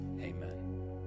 Amen